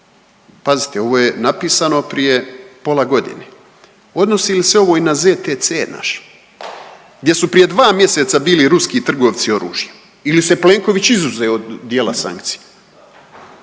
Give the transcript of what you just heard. Pazite ovo je napisano prije pola godine. Odnosi li se ovo i na ZTC naš gdje su prije 2 mjeseca bili ruski trgovci oružjem ili se Plenković izuzeo od dijela sankcija?